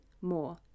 more